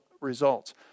results